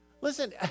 Listen